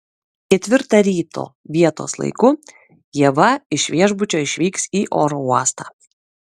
ketvirtą ryto vietos laiku ieva iš viešbučio išvyks į oro uostą